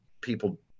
people